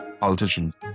politicians